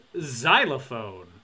xylophone